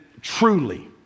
truly